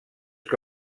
que